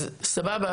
אז סבבה,